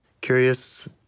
curious